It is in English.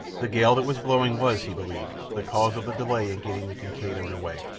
the gale that was blowing was, he believed, the cause of the delay in getting the kincaid under way,